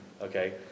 okay